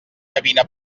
gavina